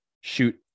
Shoot